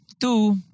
two